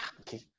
okay